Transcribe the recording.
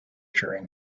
during